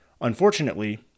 Unfortunately